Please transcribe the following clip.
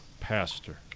Pastor